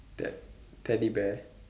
Ted~ Teddy bear